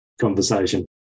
conversation